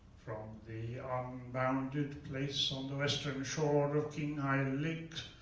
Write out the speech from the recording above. from the unbounded place on the western shore of qinghai and lake,